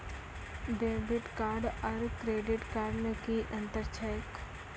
Debit card आरू credit card मे कि अन्तर छैक?